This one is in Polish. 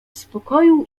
spokoju